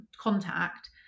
contact